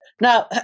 Now